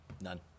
None